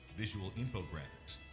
visual infographics,